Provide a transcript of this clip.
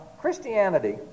christianity